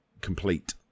complete